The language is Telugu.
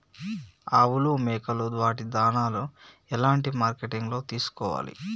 ఆవులు మేకలు వాటి దాణాలు ఎలాంటి మార్కెటింగ్ లో తీసుకోవాలి?